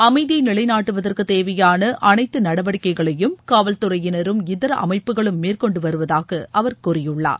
அமைதியை நிலைநாட்டுவதற்கு தேவையான அனைத்து நடவடிக்கைகளையும் காவல்துறையினரும் இதர அமைப்புகளும் மேற்கொண்டு வருவதாக அவர் கூறியுள்ளார்